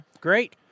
great